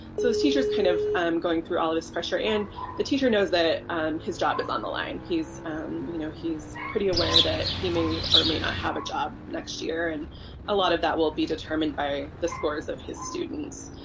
so this teacher is kind of um going through all this pressure and the teacher knows that um his job is on the line. he's you know he's pretty aware that he may or may not have a job next year and a lot of that will be determined by the scores of his students.